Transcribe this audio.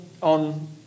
on